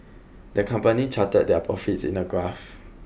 the company charted their profits in a graph